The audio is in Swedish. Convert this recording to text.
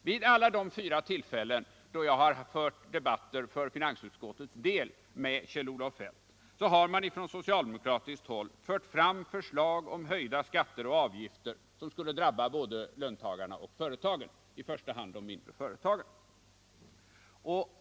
Vid alla de fyra tillfällen, då jag har fört debatter för finansutskottets del med Kjell-Olof Feldt, har man från socialdemokratiskt håll fört fram förslag om höjda skatter och avgifter som skulle drabba både löntagarna och företagen, i första hand de mindre företagen.